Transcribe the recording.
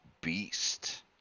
Beast